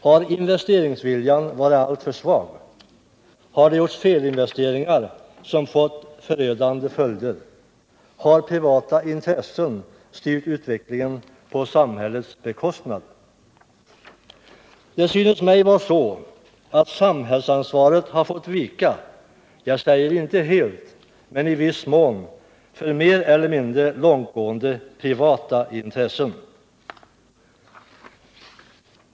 Har investeringsviljan varit alltför svag? Har det gjorts felinvesteringar som fått förödande följder? Har privata intressen styrt utvecklingen på samhällets bekostnad? Det synes mig vara så att samhällsansvaret har fått vika — inte helt, men dock i viss mån — för mer eller mindre långtgående privata intressen.